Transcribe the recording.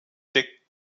deckt